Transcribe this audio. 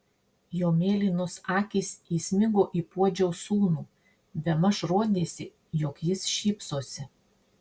jo mėlynos akys įsmigo į puodžiaus sūnų bemaž rodėsi jog jis šypsosi